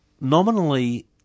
nominally